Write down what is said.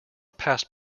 passed